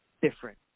different